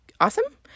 awesome